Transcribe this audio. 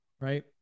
Right